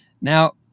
Now